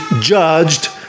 judged